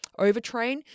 overtrain